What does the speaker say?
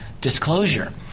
disclosure